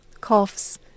coughs